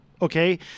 Okay